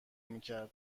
میکر